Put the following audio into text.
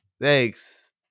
Thanks